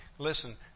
Listen